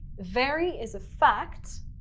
very is a fact.